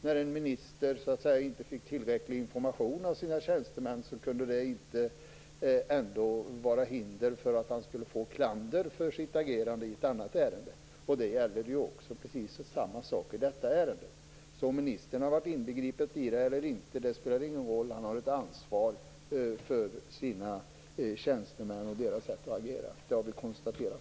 När det gällde ett annat ärende hade en minister inte fått tillräcklig information av sina tjänstemän. Det utgjorde inte något hinder för att han skulle få klander för sitt agerande. Precis samma sak gäller i detta ärende. Det spelar ingen roll om ministern har varit inbegripen i detta eller inte. Han har ett ansvar för sina tjänstemän och för deras sätt att agera. Det har vi nyss konstaterat.